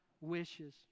wishes